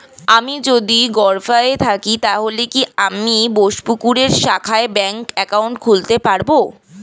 আমি যদি গরফায়ে থাকি তাহলে কি আমি বোসপুকুরের শাখায় ব্যঙ্ক একাউন্ট খুলতে পারবো?